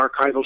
archival